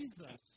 Jesus